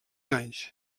anys